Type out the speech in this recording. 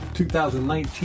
2019